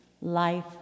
life